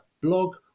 blog